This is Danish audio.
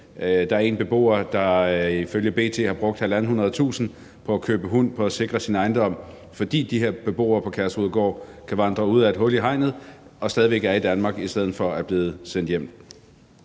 hvor af dem ifølge B.T. har brugt 150.000 kr. på at købe hund og på at sikre sin ejendom, fordi de her beboere på Kærshovedgård kan vandre ud af et hul i hegnet og stadig væk er i Danmark i stedet for at være blevet sendt hjem.